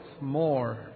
more